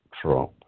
Trump